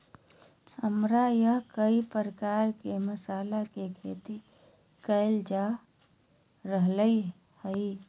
हमरा यहां कई प्रकार के मसाला के खेती करल जा रहल हई